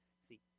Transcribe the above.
See